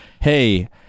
hey